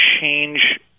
change